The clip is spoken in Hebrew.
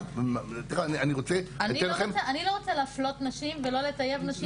אני לא רוצה להפלות נשים ולא לטייב נשים.